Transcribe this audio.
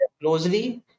closely